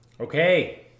Okay